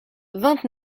vingt